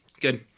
Good